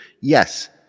Yes